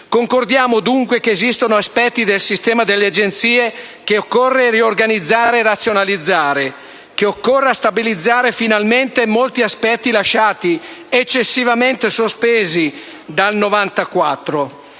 Concordiamo, dunque, sul fatto che esistono aspetti del sistema delle Agenzie che occorre riorganizzare e razionalizzare e che occorre finalmente stabilizzare molti aspetti lasciati eccessivamente sospesi dal 1994.